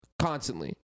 constantly